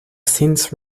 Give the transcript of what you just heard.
since